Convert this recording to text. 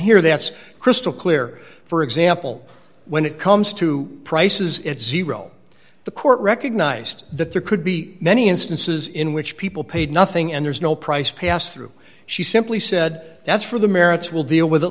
here that's crystal clear for example when it comes to prices it's zero the court recognized that there could be many instances in which people paid nothing and there's no price pass through she simply said that's for the merits we'll deal with it